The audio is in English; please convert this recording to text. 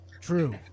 True